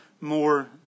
more